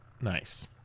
Nice